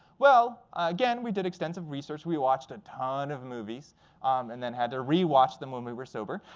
well, again, we did extensive research. we watched a ton of movies and then had to rewatch them when we were sober.